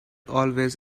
always